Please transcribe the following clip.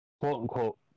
quote-unquote